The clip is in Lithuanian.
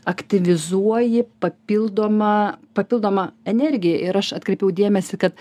aktyvizuoji papildomą papildomą energiją ir aš atkreipiau dėmesį kad